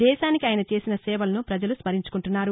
దేశానికి ఆయన చేసిన సేవలను పజలు స్మరించుకుంటున్నారు